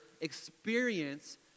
experience